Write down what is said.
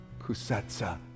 kusetsa